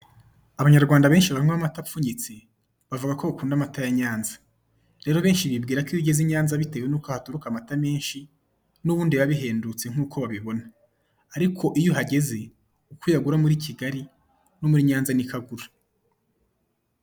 Abanyarwanda benshi banywa amata apfunyitse bavuga kobakunda amata ya Nyanza rero abenshi bibwira ko iyo bageze i Nyanza bitewe n'uko haturuka amata menshi nubundi biba bihendutse bitewe